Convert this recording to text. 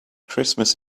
christmas